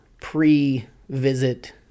pre-visit